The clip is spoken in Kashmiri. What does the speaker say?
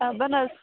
آ بہٕ نہٕ حظ